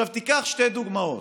עכשיו תיקח שתי דוגמאות: